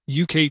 UK